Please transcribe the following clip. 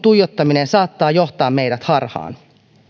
tuijottaminen saattaa johtaa meidät harhaan